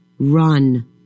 Run